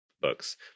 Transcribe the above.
books